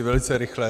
Velice rychle.